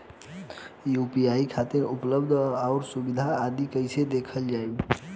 UPI खातिर उपलब्ध आउर सुविधा आदि कइसे देखल जाइ?